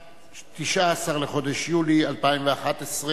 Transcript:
התשע"א, 19 בחודש יולי 2011,